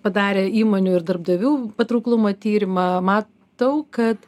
padarė įmonių ir darbdavių patrauklumo tyrimą matau kad